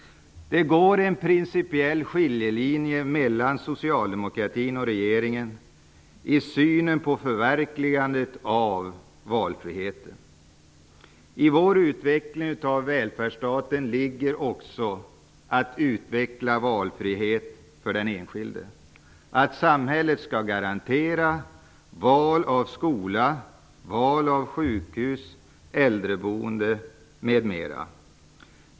Det går en principiell skiljelinje mellan socialdemokratin och regeringen i synen på förverkligandet av valfriheten. I vår utveckling av välfärdsstaten ligger också att utveckla valfrihet för den enskilde. Samhället skall garantera val av skola, sjukhus, äldreboende m.m.